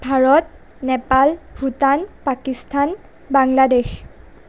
Bharat Nepal Bhutan Pakistan Bangladesh